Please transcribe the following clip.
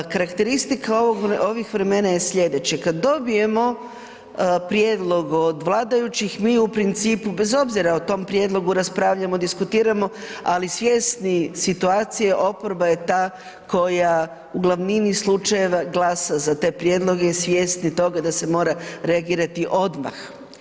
Karakteristika ovih vremena je sljedeće, kad dobijemo prijedlog od vladajućih, mi u principu bez obzira o tom prijedlogu, raspravljamo, diskutiramo, ali svjesni situacije, oporba je ta koja u glavnini slučajeva glasa za te prijedloge i svjesni toga da se mora reagirati odmah.